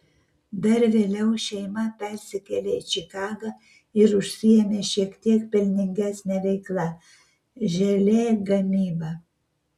dar vėliau šeima persikėlė į čikagą ir užsiėmė šiek tiek pelningesne veikla želė gamyba